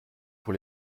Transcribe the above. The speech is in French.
pour